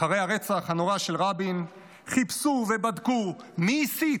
אחרי הרצח הנורא של רבין, חיפשו ובדקו מי הסית,